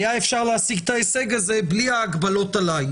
גם העובדים המבודדים,